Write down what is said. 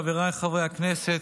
חבריי חברי הכנסת,